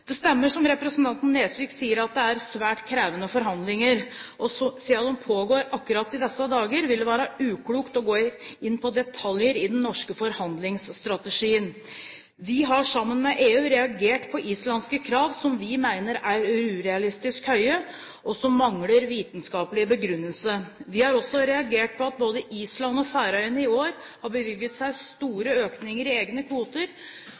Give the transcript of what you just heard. Det stemmer, som representanten Nesvik sier, at det er svært krevende forhandlinger. Og siden de pågår akkurat i disse dager, vil det være uklokt å gå inn på detaljer i den norske forhandlingsstrategien. Vi har, sammen med EU, reagert på islandske krav som vi mener er urealistisk høye, og som mangler vitenskapelig begrunnelse. Vi har også reagert på at både Island og Færøyene i år har bevilget seg store økninger i egne kvoter